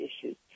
issues